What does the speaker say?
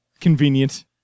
Convenient